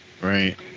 right